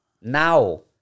Now